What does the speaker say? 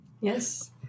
Yes